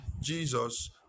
jesus